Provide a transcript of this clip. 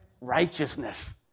righteousness